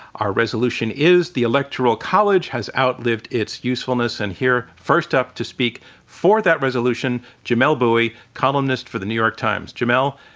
our resolution is, the electoral college has outlived its usefulness, and here first up to speak for that resolution jamelle bouie, columnist for the new york times. jamelle,